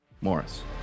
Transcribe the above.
Morris